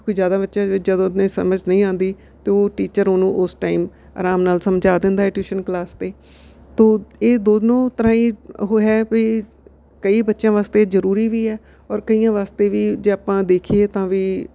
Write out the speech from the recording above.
ਕਿਉਂਕਿ ਜ਼ਿਆਦਾ ਬੱਚਿਆਂ ਵਿੱਚ ਜਦੋਂ ਉਹਨੂੰ ਸਮਝ ਨਹੀਂ ਆਉਂਦੀ ਅਤੇ ਉਹ ਟੀਚਰ ਉਹਨੂੰ ਉਸ ਟਾਈਮ ਆਰਾਮ ਨਾਲ ਸਮਝਾ ਦਿੰਦਾ ਟਿਊਸ਼ਨ ਕਲਾਸ 'ਤੇ ਤੋ ਇਹ ਦੋਨੋ ਤਰ੍ਹਾਂ ਹੀ ਉਹ ਹੈ ਵੀ ਕਈ ਬੱਚਿਆਂ ਵਾਸਤੇ ਜ਼ਰੂਰੀ ਵੀ ਹੈ ਔਰ ਕਈਆਂ ਵਾਸਤੇ ਵੀ ਜੇ ਆਪਾਂ ਦੇਖੀਏ ਤਾਂ ਵੀ